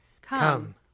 Come